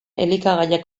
elikagaiak